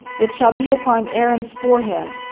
it shall be upon aaron's forehead,